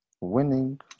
Winning